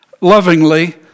lovingly